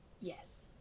yes